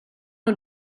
uno